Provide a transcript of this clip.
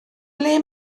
ble